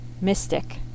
mystic